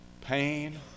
pain